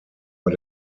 war